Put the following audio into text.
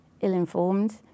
ill-informed